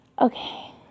Okay